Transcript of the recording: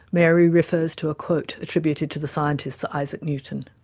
mary refers to a quote attributed to the scientist, sir isaac newton